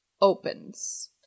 opens